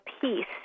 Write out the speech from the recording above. peace